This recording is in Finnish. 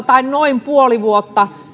tai noin puoleen vuoteen niin